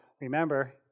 Remember